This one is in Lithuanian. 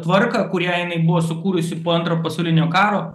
tvarką kurią jinai buvo sukūrusi po antro pasaulinio karo